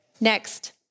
Next